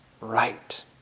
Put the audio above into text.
right